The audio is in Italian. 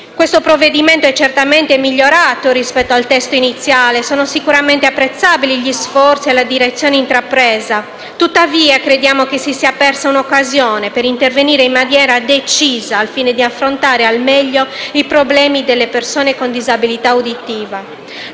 Questo provvedimento è certamente migliorato rispetto al testo iniziale e sono sicuramente apprezzabili gli sforzi e la direzione intrapresa. Tuttavia, crediamo che si sia persa un'occasione per intervenire in maniera decisa al fine di affrontare al meglio i problemi delle persone con disabilità uditiva.